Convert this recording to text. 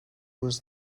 was